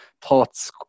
thoughts